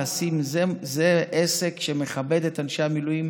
לשים: "זה עסק שמכבד את אנשי המילואים"